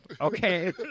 okay